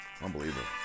Unbelievable